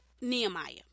Nehemiah